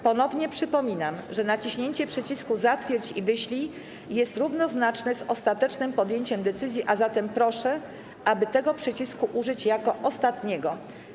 Ponownie przypominam, że naciśnięcie przycisku „zatwierdź i wyślij” jest równoznaczne z ostatecznym podjęciem decyzji, a zatem proszę, aby tego przycisku użyć jako ostatniego.